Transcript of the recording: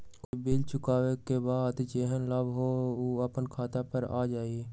कोई बिल चुकाई करे के बाद जेहन लाभ होल उ अपने खाता पर आ जाई?